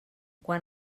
quan